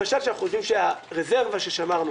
אנחנו חושבים שהרזרבה ששמרנו